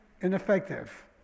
ineffective